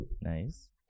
Nice